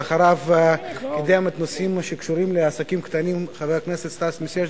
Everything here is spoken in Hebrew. ואחריו קידם את הנושאים שקשורים לעסקים קטנים חבר הכנסת סטס מיסז'ניקוב,